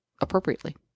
appropriately